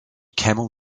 camel